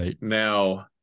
now